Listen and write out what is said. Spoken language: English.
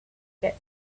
get